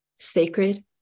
Sacred